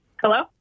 Hello